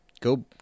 go